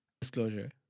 disclosure